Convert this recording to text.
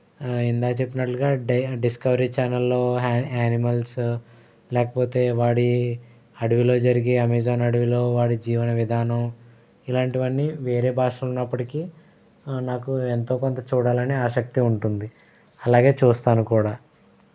ఇందాక చెప్పినట్లుగా డై డిస్కవరీ ఛానల్లో య ఎనిమల్స్ లేకపోతే వాడి అడవిలో జరిగే అమెజాన్ అడవిలో వాడి జీవన విధానం ఇలాంటివన్నీ వేరే భాషలో ఉన్నప్పటికీ నాకు ఎంతో కొంత చూడాలని ఆసక్తి ఉంటుంది అలాగే చూస్తాను కూడా